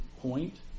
point